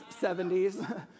70s